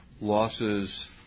losses